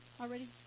already